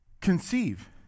conceive